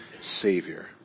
Savior